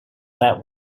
that